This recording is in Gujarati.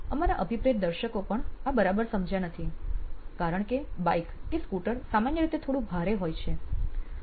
અમારા અભિપ્રેત દર્શકો પણ આ બરાબર સમજ્યા નથી કારણ કે બાઇક કે સ્કૂટર સામાન્ય રીતે થોડું ભારે હોય છે